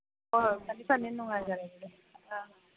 ꯍꯣꯏ ꯍꯣꯏ ꯐꯅꯤ ꯐꯅꯤ ꯅꯨꯡꯉꯥꯏꯖꯔꯦ ꯑꯗꯨꯗꯤ ꯑ